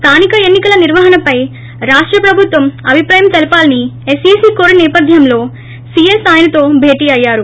స్లానిక ఎన్ని కల నిర్వహణపై రాష్ట ప్రభుత్వం అభిప్రాయం తెలపాలని ఎస్ఈసీ కోరిన నేపథ్యంలో సీఎస్ ఆయనతో భేటీ అయ్యారు